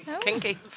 Kinky